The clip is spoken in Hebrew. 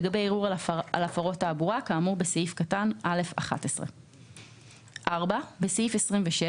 לגבי ערעור על הפרות תעבורה כאמור בסעיף קטן (א)(11)"; (4)בסעיף 27,